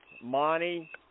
Monty